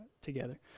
together